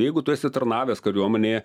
jeigu tu esi tarnavęs kariuomenėje